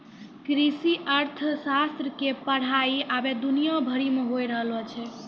कृषि अर्थशास्त्र के पढ़ाई अबै दुनिया भरि मे होय रहलो छै